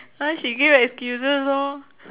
!huh! she gave excuses lor